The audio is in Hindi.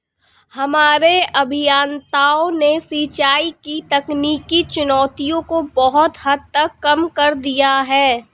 हमारे अभियंताओं ने सिंचाई की तकनीकी चुनौतियों को बहुत हद तक कम कर दिया है